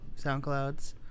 SoundClouds